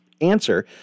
answer